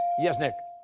yes, nick?